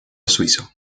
suizo